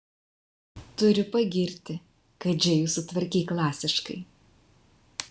turiu pagirti kad džėjų sutvarkei klasiškai